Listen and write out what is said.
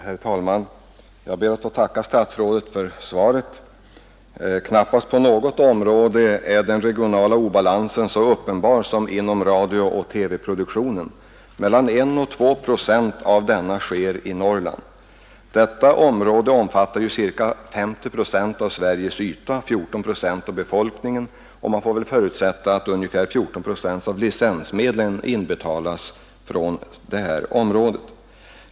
Herr talman! Jag ber att få tacka statsrådet för svaret. Knappast på något område är den regionala obalansen så uppenbar som inom radiooch TV-programproduktionen. Mellan 1 och 2 procent av denna sker i Norrland. Inom detta område, som omfattar ca 50 procent av Sveriges yta, finns 14 procent av befolkningen, och man får väl förutsätta att ungefär 14 procent av licensmedlen inbetalas från Norrland.